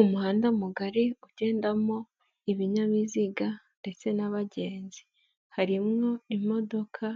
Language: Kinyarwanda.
Umuhanda mugari ugendamo ibinyabiziga ndetse n'abagenzi. Harimwo imodoka,